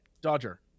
Dodger